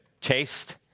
chased